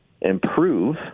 improve